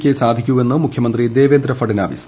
ക്കേ സാധിക്കൂവെന്ന് മുഖ്യമന്ത്രി ദേവേന്ദ്ര ഫഠ്നാവിസ്